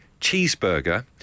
cheeseburger